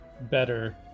better